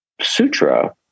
sutra